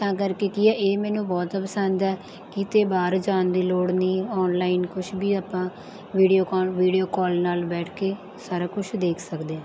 ਤਾਂ ਕਰਕੇ ਕੀ ਆ ਇਹ ਮੈਨੂੰ ਬਹੁਤ ਪਸੰਦ ਹੈ ਕਿਤੇ ਬਾਹਰ ਜਾਣ ਦੀ ਲੋੜ ਨਹੀਂ ਔਨਲਾਈਨ ਕੁਛ ਵੀ ਆਪਾਂ ਵੀਡੀਓ ਕਾਲ ਵੀਡੀਓ ਕਾਲ ਨਾਲ ਬੈਠ ਕੇ ਸਾਰਾ ਕੁਛ ਦੇਖ ਸਕਦੇ ਹਾਂ